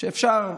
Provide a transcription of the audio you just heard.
אפס תומכים.